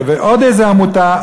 ועוד איזו עמותה,